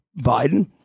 Biden